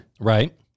Right